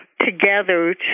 together